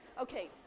Okay